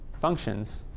functions